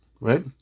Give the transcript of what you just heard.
right